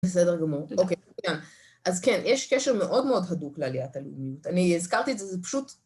בסדר גמור. אז כן, יש קשר מאוד מאוד הדוק לעליית הלאומיות. אני הזכרתי את זה, זה פשוט...